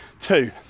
two